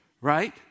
right